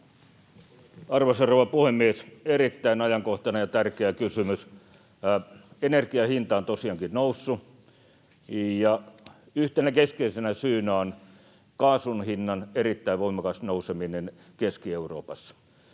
rouva puhemies! Erittäin ajankohtainen ja tärkeä kysymys. Energian hinta on tosiaankin noussut, ja yhtenä keskeisenä syynä on kaasun hinnan erittäin voimakas nouseminen Keski-Euroopassa.